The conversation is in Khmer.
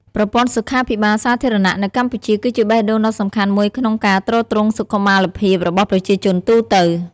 ប្រព័ន្ធសុខាភិបាលសាធារណៈនៅកម្ពុជា គឺជាបេះដូងដ៏សំខាន់មួយក្នុងការទ្រទ្រង់សុខុមាលភាពរបស់ប្រជាជនទូទៅ។